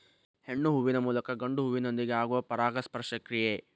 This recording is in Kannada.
ಹೆಣ್ಣು ಹೂವಿನ ಮೂಲಕ ಗಂಡು ಹೂವಿನೊಂದಿಗೆ ಆಗುವ ಪರಾಗಸ್ಪರ್ಶ ಕ್ರಿಯೆ